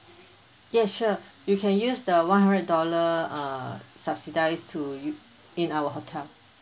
yes sure you can use the one hundred dollar uh subsidies to you in our hotel